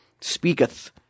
speaketh